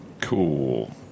Cool